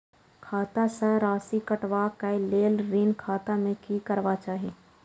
खाता स राशि कटवा कै लेल ऋण खाता में की करवा चाही?